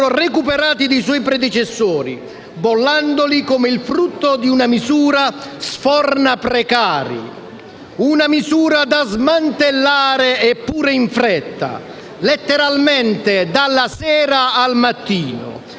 recuperati dai suoi predecessori, bollandoli come il frutto di una misura "sforna precari", una misura da smantellare e pure in fretta, letteralmente dalla sera al mattino.